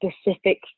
specific